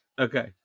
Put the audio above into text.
Okay